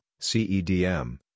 CEDM